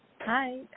Hi